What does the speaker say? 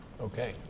Okay